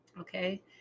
okay